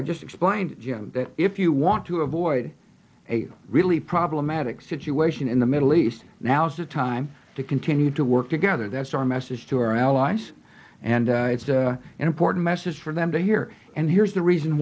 i just explained that if you want to avoid a really problematic situation in the middle east now's the time to continue to work together that's our message to our allies and it's an important message for them to hear and here's the reason